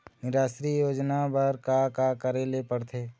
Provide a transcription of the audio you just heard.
निराश्री योजना बर का का करे ले पड़ते?